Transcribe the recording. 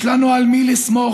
יש לנו על מי לסמוך,